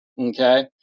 okay